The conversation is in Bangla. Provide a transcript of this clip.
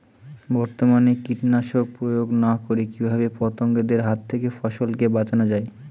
বর্তমানে কীটনাশক প্রয়োগ না করে কিভাবে পতঙ্গদের হাত থেকে ফসলকে বাঁচানো যায়?